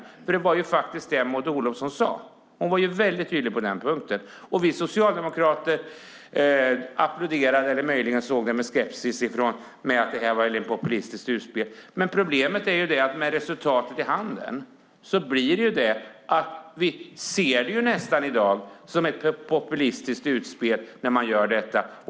Maud Olofsson gick ut med det, och hon var tydlig på den punkten. Vi socialdemokrater applåderade men var nog mest skeptiska till detta populistiska utspel. Med facit i hand visade det sig också vara ett populistiskt utspel.